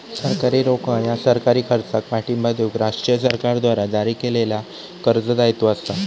सरकारी रोखा ह्या सरकारी खर्चाक पाठिंबा देऊक राष्ट्रीय सरकारद्वारा जारी केलेल्या कर्ज दायित्व असा